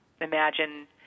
Imagine